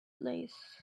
lace